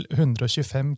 125